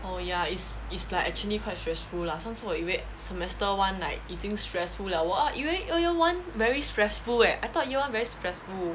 oh ya it's it's like actually quite stressful lah 上次我以为 semester one like 已经 stressful liao lor 我以为 year year one very stressful leh I thought year one very stressful